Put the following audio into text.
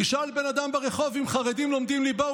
תשאל בן אדם ברחוב אם חרדים לומדים ליבה,